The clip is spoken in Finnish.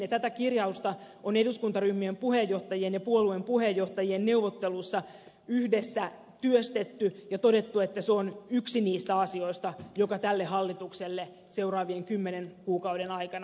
tätä kirjausta on eduskuntaryhmien puheenjohtajien ja puolueen puheenjohtajien neuvottelussa yhdessä työstetty ja todettu että se on yksi niistä asioista joka tälle hallitukselle seuraavien kymmenen kuukauden aikana on tärkeää